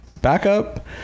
backup